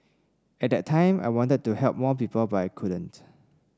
at that time I wanted to help more people but I couldn't